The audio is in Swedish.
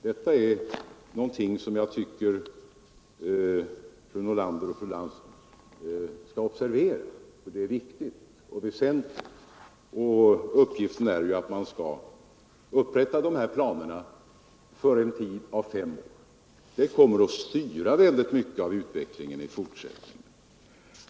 Detta är någonting som jag tycker att fru Nordlander och fru Lantz skall observera, för det är viktigt och väsentligt. Meningen är att man skall upprätta de här planerna för en tid av fem år, och det kommer att styra mycket av utvecklingen i fortsättningen.